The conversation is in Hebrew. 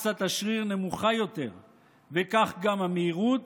מסת השריר נמוכה יותר וכך גם המהירות